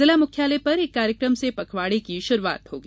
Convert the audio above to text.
जिला मुख्यालय पर एक कार्यकम से पखवाड़े की शुरूआत होगी